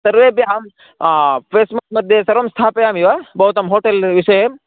सर्वेभ्यः फ़ेस्बुक् मध्ये सर्वं स्थापयामि वा भवतां होटेल् विषये